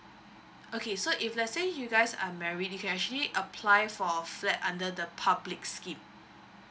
okay so if let's say you guys are married you can actually apply for flat under the public scheme